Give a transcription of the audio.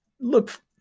look